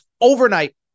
overnight